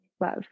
love